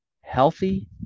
healthy